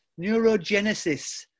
neurogenesis